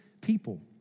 people